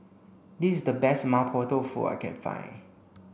this is the best Mapo Tofu I can find